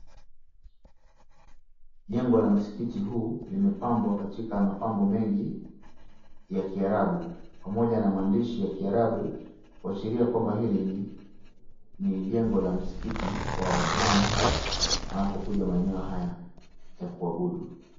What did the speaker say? Jengo la msikiti huu limepambwa katika mapambo mengi ya kiarabu pamoja na maandishi ya kiarabu kuashiria kwamba hili ni jengo la msikiti wa waislamu wanapokuja maeneo haya ya kuabudu.